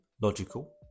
Logical